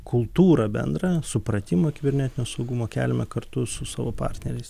kultūrą bendrą supratimą kibernetinio saugumo keliame kartu su savo partneriais